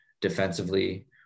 defensively